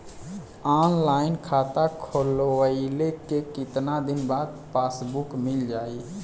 Online खाता खोलवईले के कितना दिन बाद पासबुक मील जाई?